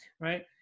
right